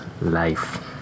life